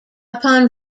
upon